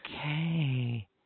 Okay